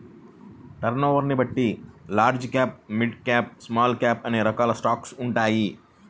టర్నోవర్ని బట్టి large cap, mid cap, small cap అనే రకాలైన స్టాక్స్ ఉంటాయి